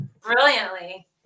Brilliantly